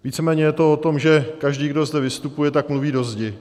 Víceméně je to o tom, že každý, kdo zde vystupuje, tak mluví do zdi.